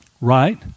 Right